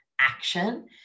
action